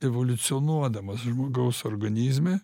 evoliucionuodamas žmogaus organizme